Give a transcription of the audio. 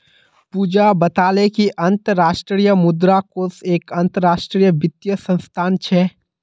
पूजा बताले कि अंतर्राष्ट्रीय मुद्रा कोष एक अंतरराष्ट्रीय वित्तीय संस्थान छे